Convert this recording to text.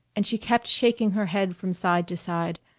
and she kept shaking her head from side to side,